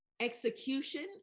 execution